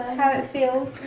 how it feels?